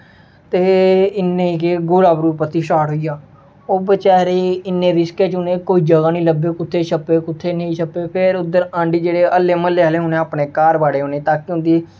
दी ते इ'न्ने च गोला बरूद परतियै स्टार्ट होइया ओह् बचैरे इ'न्ने रिस्कै च उ'नें ई कोई जगह् निं लब्भी कु'त्थें छप्पे कु'त्थें नेईं छप्पे फिर उद्धर आंडियें दे अल्ले म्ह्ल्ले आह्ले उ'नें अपने घर बाड़े उ'नें ई ताकि उं'दी